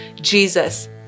Jesus